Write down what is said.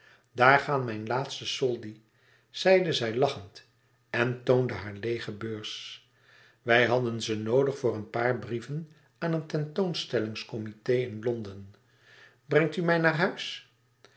daar gaan mijn laatste soldi zeide zij lachend en toonde haar leêge beurs wij hadden ze noodig voor een paar brieven aan een tentoonstellingscomité in londen brengt u mij naar huis